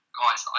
guys